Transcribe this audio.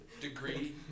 Degree